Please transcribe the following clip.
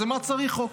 אז למה צריך חוק?